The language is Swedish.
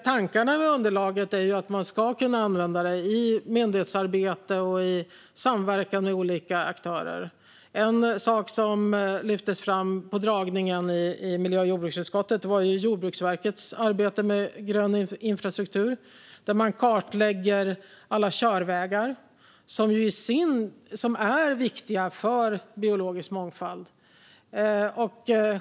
Tanken med underlaget är att man ska kunna använda det i myndighetsarbete och i samverkan med olika aktörer. En sak som lyftes fram på föredragningen i miljö och jordbruksutskottet var Jordbruksverkets arbete med grön infrastruktur. Man kartlägger alla körvägar, som är viktiga för biologisk mångfald.